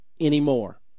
anymore